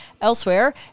Elsewhere